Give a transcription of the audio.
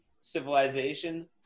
civilization